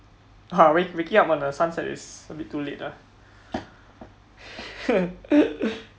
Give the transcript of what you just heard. uh wak~ waking up on the sunset is a little too late uh